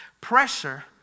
pressure